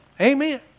Amen